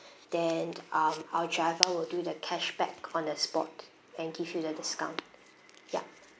then um our driver will do the cash back on the spot and give you the discount yup